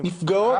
נפגעים.